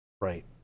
right